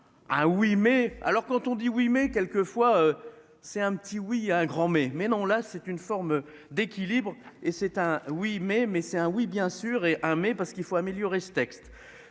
Ah oui mais alors quand on dit oui mais quelques fois, c'est un petit oui il a un grand mais mais non là c'est une forme d'équilibre et c'est un oui mais mais c'est un oui bien sûr et hein mais parce qu'il faut améliorer ce texte.